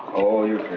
all your